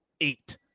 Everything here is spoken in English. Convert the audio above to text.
eight